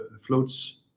floats